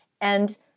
And-